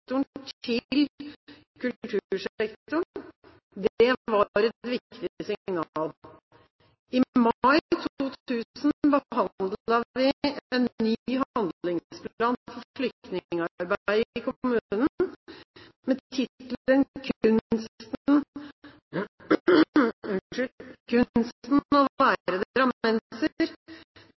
til kultursektoren. Det var et viktig signal. I mai 2000 behandlet vi en ny handlingsplan for flyktningarbeidet i kommunen, med